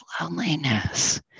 loneliness